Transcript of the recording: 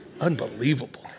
Unbelievable